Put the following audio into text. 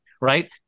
right